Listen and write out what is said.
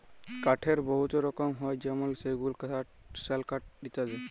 কাঠের বহুত রকম হ্যয় যেমল সেগুল কাঠ, শাল কাঠ ইত্যাদি